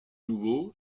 nouveau